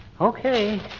okay